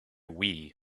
wii